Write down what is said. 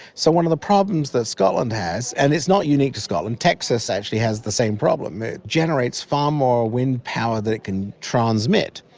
so one of the problems that scotland has, and is not unique to scotland, texas actually has the same problem, it generates far more wind power than it can transmit.